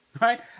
right